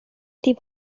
দিব